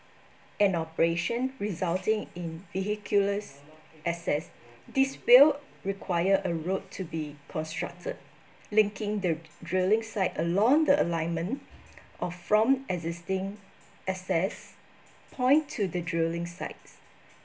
an operation resulting in vehiculars access this will require a road to be constructed linking the drilling site along the alignment or from existing access point to the drilling sites